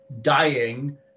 dying